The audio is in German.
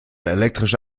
elektrische